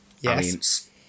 yes